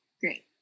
great